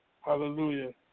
hallelujah